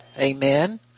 Amen